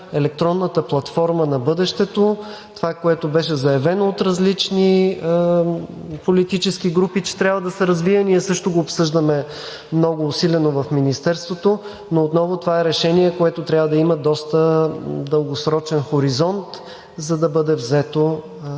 електронната платформа на бъдещето. Това беше заявено от различни политически групи, че трябва да се развие. Ние също го обсъждаме много усилено в Министерството, но това отново е решение, което трябва да има доста дългосрочен хоризонт, за да бъде взето